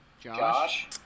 Josh